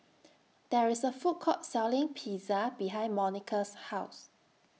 There IS A Food Court Selling Pizza behind Monica's House